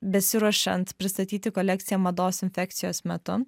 besiruošiant pristatyti kolekciją mados infekcijos metu